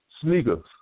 sneakers